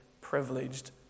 privileged